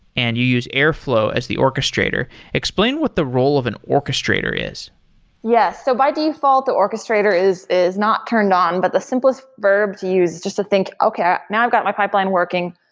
and you use airflow as the orchestrator. explain what the role of an orchestrator is yes. so by default, the orchestrator is is not turned on. but the simplest verbs use is just to think, okay, now i've got my pipeline working.